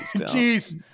keith